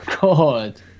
God